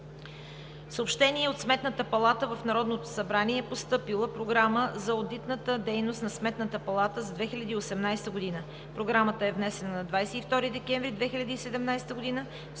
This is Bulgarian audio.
Съобщение от Сметната палата: В Народното събрание е постъпила програма за одитната дейност на Сметната палата за 2018 г. Програмата е внесена на 22 декември 2017 г.